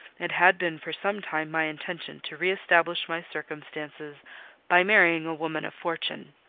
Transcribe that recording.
it had been for some time my intention to re-establish my circumstances by marrying a woman of fortune.